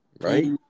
right